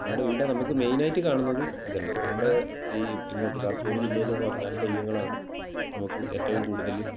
നമ്മുടെ ഈട നമുക്ക് മെയിനായിട്ട് കാണുന്നത് ഇതന്നെ നമ്മൾ ഈ ഇങ്ങോട്ട് കാസർഗോഡ് ജില്ലയിലെന്ന് പറഞ്ഞാൽ തെയ്യങ്ങളാണ് നമുക്ക് ഏറ്റവും കൂടുതൽ